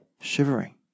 shivering